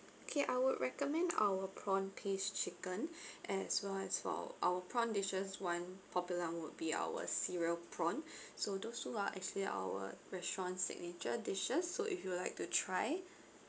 okay I would recommend our prawn paste chicken as well as for our our prawn dishes one popular one would be our cereal prawn so those two are actually our restaurant's signature dishes so if you would like to try